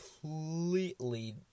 completely